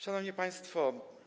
Szanowni Państwo!